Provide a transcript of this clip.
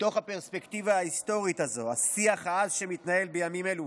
מתוך הפרספקטיבה ההיסטורית הזו השיח העז שמתנהל בימים אלו